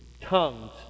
tongues